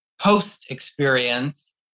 post-experience